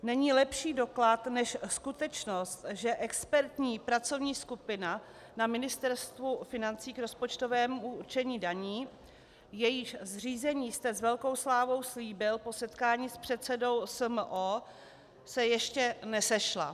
Není lepší doklad než skutečnost, že expertní pracovní skupina na Ministerstvu financí k rozpočtovému určení daní, jejíž zřízení jste s velkou slávou slíbil po setkání s předsedou SMO, se ještě nesešla.